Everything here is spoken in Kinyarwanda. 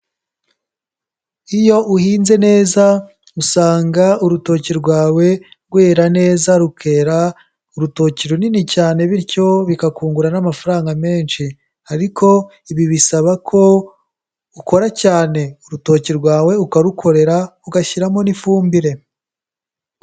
Iyo uhinze neza usanga urutoki rwawe rwera neza rukera urutoki runini cyane bityo bikakungura n'amafaranga menshi, ariko ibi bisaba ko ukora cyane urutoki rwawe ukarukorera ugashyiramo n'ifumbire.